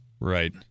right